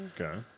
Okay